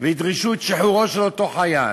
וידרשו את שחרורו של אותו חייל,